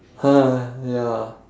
!huh! ya